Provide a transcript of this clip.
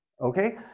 Okay